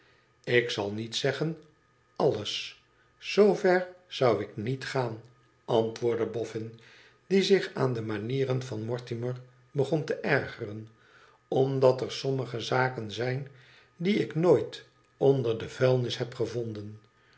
ik zal niet zeggen alles zoo ver zou ik niet gaan antwoordde boffin die zich aan de manieren van mortimer begon te ergeren omdat et sommige zaken zijn die ik nooit onder de vuilnb heb gevonden